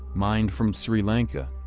mined from sri lanka.